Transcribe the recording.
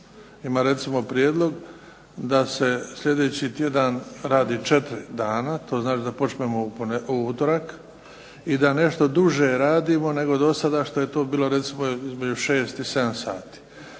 Ima recimo prijedlog da se sljedeći tjedan radi 4 dana, to znači da počnemo u utorak i da nešto duže radimo nego dosada što je to bilo recimo između 6 i 7 sati.